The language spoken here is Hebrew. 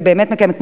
ובאמת מקיימת,